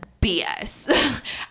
BS